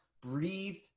breathed